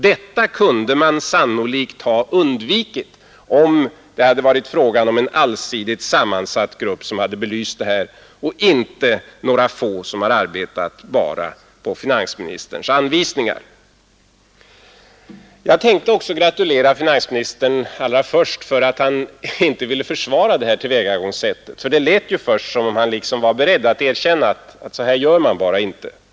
Detta kunde med sannolikhet ha undvikits om en allsidigt sammansatt grupp hade belyst frågan och om inte bara några få personer hade arbetat efter finansministerns anvisningar. I början av finansministerns anförande tänkte jag också att jag skulle gratulera honom till att han inte ville försvara detta tillvägagångssätt; det lät till att börja med som om han var beredd att erkänna att så här gör man bara inte.